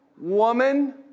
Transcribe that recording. woman